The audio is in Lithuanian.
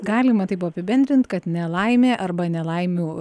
galima taip bu apibendrinti kad nelaimė arba nelaimių